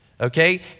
Okay